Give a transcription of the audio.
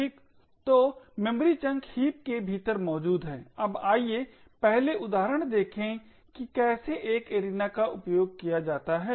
तो memory chunk heap के भीतर मौजूद हैं अब आइए पहले उदाहरण देखें कि कैसे एक एरिना का उपयोग किया जाता है